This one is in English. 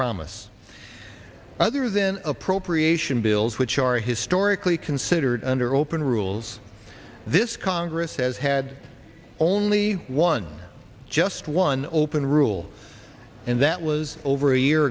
promise other than appropriation bills which are historically considered under open rules this congress has had only one just one open rule and that was over a year